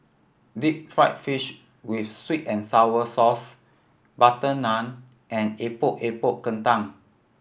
deep fried fish with sweet and sour sauce butter naan and Epok Epok Kentang